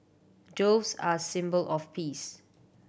doves are symbol of peace